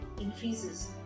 increases